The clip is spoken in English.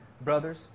Brothers